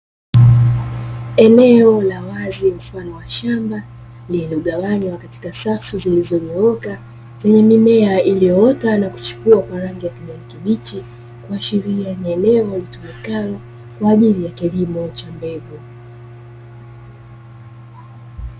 Eneo la wazi mfano wa shamba lililo gawanywa katika safu zilizo nyooka, zenye mimea iliyo ota na kuchipua kwa rangi ya kijani kibichi, kuashiria ni eneo litumikalo kwaajili ya kilimo cha mbegu.